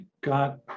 got